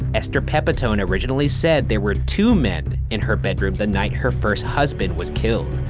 esther pepitone originally said there were two men in her bedroom the night her first husband was killed.